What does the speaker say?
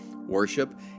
worship